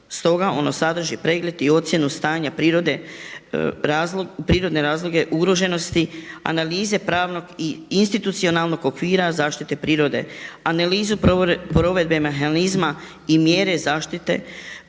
Stoga ono sadrži pregled i ocjenu stanja, prirodne razloge ugroženosti, analize pravnog i institucionalnog okvira zaštite prirode, analizu provedbe mehanizma i mjere zaštite kojima